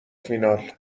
فینال